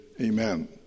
amen